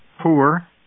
poor